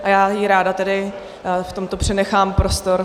A já jí ráda tedy v tomto přenechám prostor.